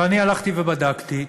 ואני הלכתי ובדקתי: